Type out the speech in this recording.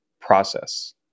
process